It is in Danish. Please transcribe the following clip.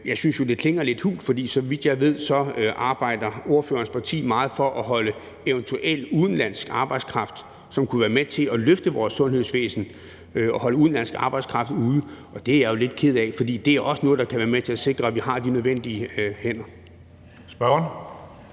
Jeg synes jo, det klinger lidt hult, for så vidt jeg ved, arbejder ordførerens parti meget for at holde eventuel udenlandsk arbejdskraft, som kunne være med til at løfte vores sundhedsvæsen, ude. Og det er jeg jo lidt ked af, for det er også noget, der kan være med til at sikre, at vi har de nødvendige hænder. Kl.